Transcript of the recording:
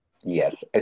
Yes